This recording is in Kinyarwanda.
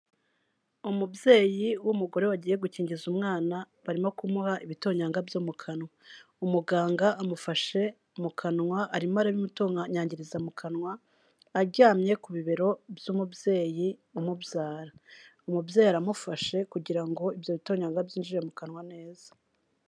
Umubyeyi w'umugore wagiye gukingiza umwana, barimo kumuha ibitonyanga byo mu kanwa, umuganga amufashe mu kanwa arimo arabimutonyangiriza mu kanwa, aryamye ku bibero by'umubyeyi umubyara, umubyeyi aramufashe kugira ngo ibyo bitonyanga byinjire mu kanwa neza.